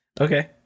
Okay